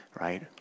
right